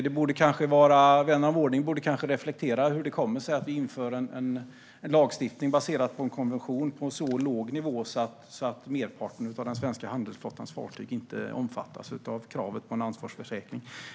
Vän av ordning borde kanske reflektera över hur det kommer sig att vi inför en lagstiftning baserat på en konvention på en så låg nivå att merparten av den svenska handelsflottans fartyg inte omfattas av kravet på en ansvarsförsäkring.